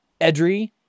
Edry